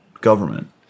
government